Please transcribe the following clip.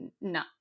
no